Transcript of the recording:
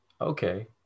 Okay